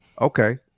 okay